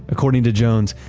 according to jones,